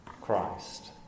Christ